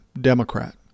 Democrat